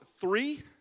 three